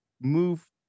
move